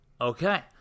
Okay